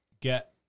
get